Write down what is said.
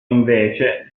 invece